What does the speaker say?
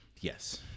yes